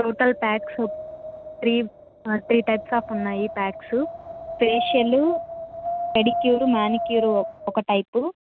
total packs three types of ఉన్నాయి packs facial pedicure manicure ఒక type